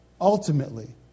Ultimately